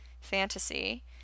fantasy